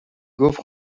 گفت